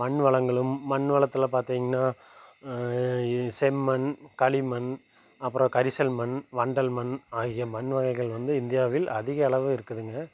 மண் வளங்களும் மண் வளத்துல பார்த்திங்கன்னா செம்மண் களிமண் அப்புறம் கரிசல் மண் வண்டல் மண் ஆகிய மண் வகைகள் வந்து இந்தியாவில் அதிக அளவு இருக்குதுங்க